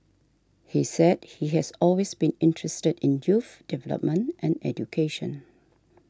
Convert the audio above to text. he said he has always been interested in youth development and education